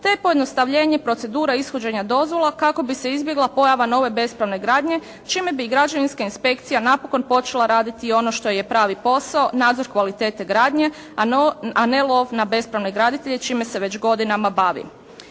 te pojednostavljenje procedura ishođenja dozvola kako bi se izbjegla pojava nove bespravne gradnje čime bi građevinska inspekcija napokon počela raditi i ono što joj je pravi posao nadzor kvalitete gradnje, a ne lov na bespravne grditelje čime se već godinama bavi.